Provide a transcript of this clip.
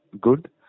good